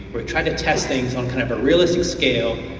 were trying to test things on kind of a realistic scale,